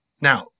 Now